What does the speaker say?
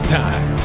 time